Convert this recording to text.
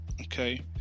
Okay